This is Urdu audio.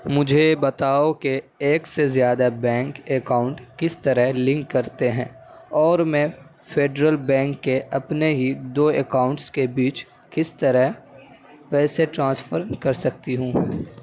مجھے بتاؤ کہ ایک سے زیادہ بینک اکاؤنٹ کس طرح لنک کرتے ہیں اور میں فیڈرل بینک کے اپنے ہی دو اکاؤنٹس کے بیچ کس طرح پیسے ٹرانسفر کر سکتی ہوں